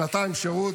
שנתיים שירות.